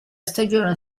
stagione